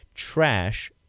trash